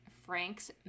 Franks